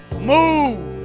Move